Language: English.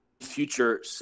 future